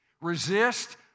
Resist